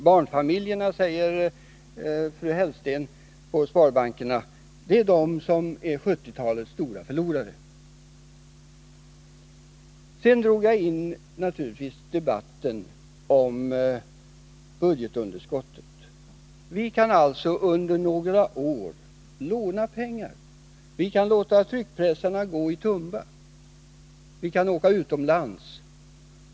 Fru Hellsten hos Sparbankerna säger att barnfamiljerna är 1970-talets stora förlorare. Jag tog vidare upp debatten om budgetunderskottet. Vi kan alltså under några år låna pengar. Vi kan låta tryckpressarna i Tumba gå, och vi kan ta upp lån utomlands.